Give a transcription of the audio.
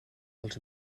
els